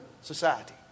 society